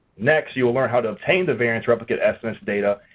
next you will learn how to obtain the variance replicate estimate's data.